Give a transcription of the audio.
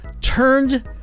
turned